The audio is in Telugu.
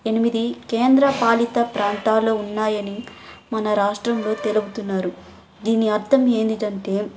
ఎనిమిది కేంద్ర పాలిత ప్రాంతాలు ఉన్నాయని మన రాష్ట్రంలో తెలుపుతున్నారు దీని అర్థం ఏమిటంటే